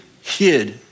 hid